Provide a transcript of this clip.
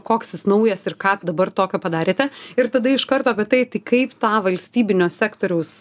koks jis naujas ir ką dabar tokio padarėte ir tada iš karto apie tai tai kaip tą valstybinio sektoriaus